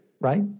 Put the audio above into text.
right